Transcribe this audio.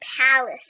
palace